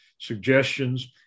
suggestions